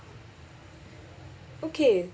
okay